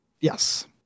Yes